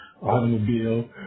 automobile